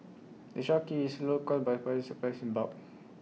the shop keeps its local by buying its supplies in bulk